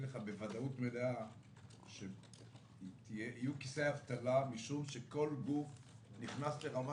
לך בוודאות מלאה שיהיו כיסי אבטלה משום שכל גוף שנכנס לרמה